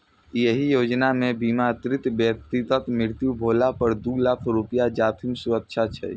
एहि योजना मे बीमाकृत व्यक्तिक मृत्यु भेला पर दू लाख रुपैया जोखिम सुरक्षा छै